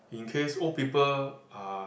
in case old people uh